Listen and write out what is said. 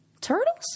turtles